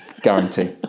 guarantee